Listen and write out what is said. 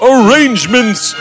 Arrangements